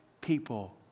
people